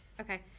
Okay